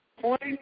Point